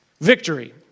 victory